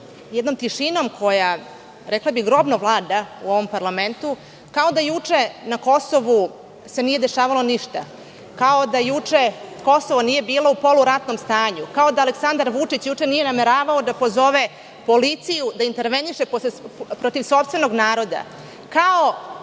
jednom tišinom koja vlada u ovom parlamentu, kao da juče na Kosovu se nije dešavalo ništa, kao da juče Kosovo nije bilo u poluratnom stanju, kao da Aleksandar Vučić juče nije nameravao da pozove policiju da interveniše protiv sopstvenog naroda, kao